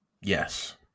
Yes